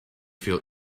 feel